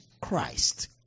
Christ